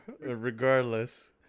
regardless